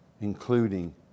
Including